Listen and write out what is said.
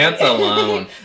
alone